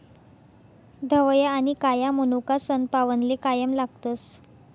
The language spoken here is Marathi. धवया आनी काया मनोका सनपावनले कायम लागतस